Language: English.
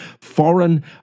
foreign